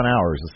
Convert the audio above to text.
hours